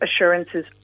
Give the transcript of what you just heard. assurances